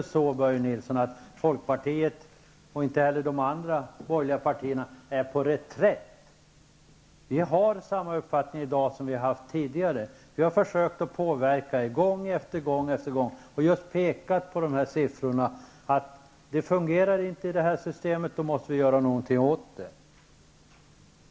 Folkpartiet och de andra borgerliga partierna är inte på reträtt. Vi har samma uppfattning i dag som vi har haft tidigare. Vi har försökt påverka er gång efter annan och påpekat olika siffror som visar att systemet inte fungerar, varför vi måste göra någonting åt det.